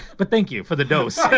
but thank you for the dose.